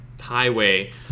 highway